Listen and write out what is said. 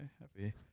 happy